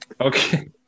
Okay